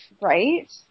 Right